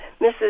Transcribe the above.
Mrs